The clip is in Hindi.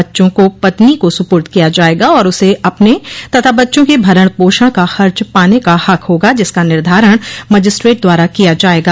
बच्चों को पत्नी को सुपुर्द किया जाएगा और उसे अपने तथा बच्चों के भरण पोषण का खर्च पाने का हक होगा जिसका निर्धारण मजिस्ट्रेट द्वारा किया जायेगा